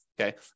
okay